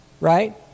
Right